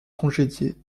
congédier